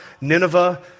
Nineveh